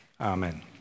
Amen